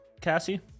Cassie